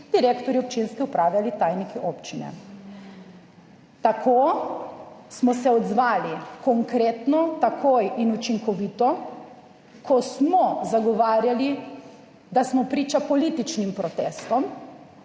direktorji občinske uprave ali tajniki občine. Tako smo se odzvali konkretno, takoj in učinkovito, ko smo zagovarjali, da smo priča političnim protestom,